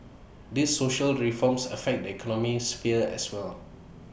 these social reforms affect the economic sphere as well